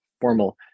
formal